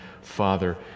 Father